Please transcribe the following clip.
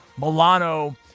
Milano